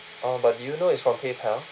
oh but do you know it's from paypal